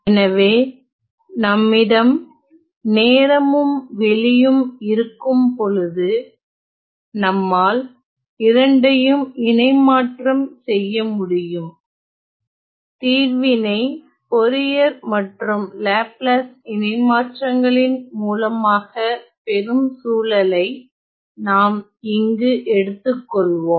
எனவே நம்மிடம் நேரமும் வெளியும் இருக்கும்பொழுது நம்மால் இரண்டையும் இணைமாற்றம் செய்ய முடியும் தீர்வினை போரியர் மற்றும் லாப்லாஸ் இணைமாற்றங்களின் மூலமாக பெரும் சூழலை நாம் இங்கு எடுத்துக்கொள்வோம்